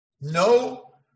No